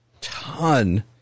ton